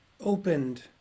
Opened